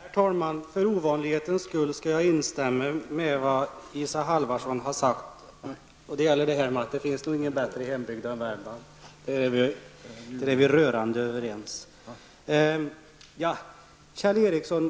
Herr talman! För ovanlighetens skull skall jag instämma i vad Isa Halvarsson har sagt. Det gäller detta att det finns ingen bättre hembygd än Värmland. Där är vi rörande överens.